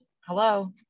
Hello